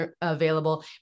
available